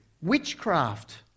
witchcraft